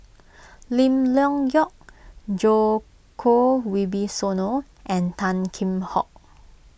Lim Leong Geok Djoko Wibisono and Tan Kheam Hock